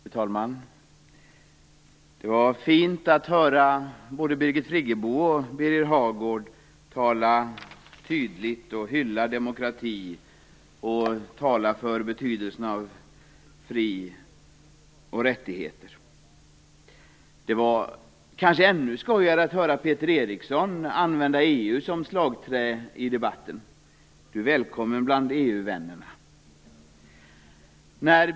Fru talman! Det var fint att höra både Birgit Friggebo och Birger Hagård tala tydligt och hylla demokrati och tala för betydelsen av fri och rättigheter. Det var kanske ännu skojigare att höra Peter Eriksson använda EU som slagträ i debatten. Han är välkommen bland EU-vännerna.